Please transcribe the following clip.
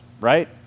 right